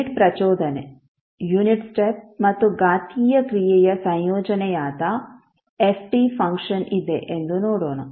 unit ಪ್ರಚೋದನೆ unit step ಮತ್ತು ಘಾತೀಯ ಕ್ರಿಯೆಯ ಸಂಯೋಜನೆಯಾದ f t ಫಂಕ್ಷನ್ ಇದೆ ಎಂದು ನೋಡೋಣ